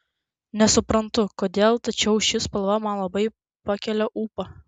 nesuprantu kodėl tačiau ši spalva man labai pakelia ūpą